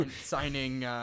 Signing